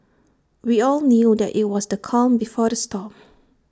we all knew that IT was the calm before the storm